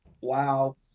Wow